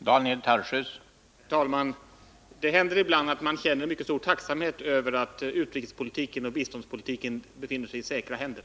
Herr talman! Ibland känner man en mycket stor tacksamhet över att utrikespolitiken och biståndspolitiken befinner sig i säkra händer.